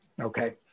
Okay